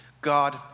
God